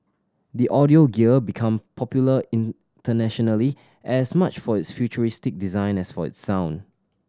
the audio gear became popular internationally as much for its futuristic design as for its sound